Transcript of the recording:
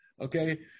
okay